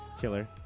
Killer